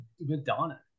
Madonna